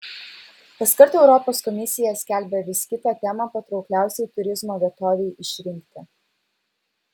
kaskart europos komisija skelbia vis kitą temą patraukliausiai turizmo vietovei išrinkti